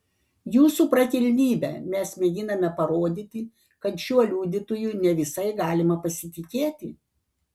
jūsų prakilnybe mes mėginame parodyti kad šiuo liudytoju ne visai galima pasitikėti